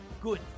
Good